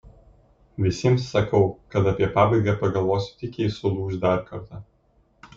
visiems sakau kad apie pabaigą pagalvosiu tik jei sulūš dar kartą